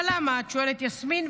אבל למה, את שואלת יסמין?